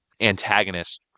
antagonist